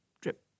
drip